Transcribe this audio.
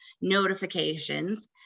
notifications